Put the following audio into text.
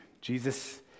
Jesus